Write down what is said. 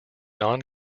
non